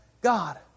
God